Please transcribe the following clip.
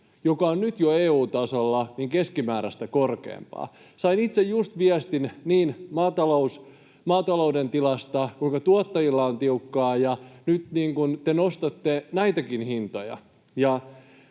joka on jo nyt EU-tasolla keskimääräistä korkeampi. Sain itse just viestin maatalouden tilasta, kuinka tuottajilla on tiukkaa, ja nyt te nostatte näitäkin hintoja.